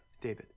David